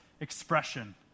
expression